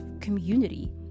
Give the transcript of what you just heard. community